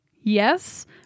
yes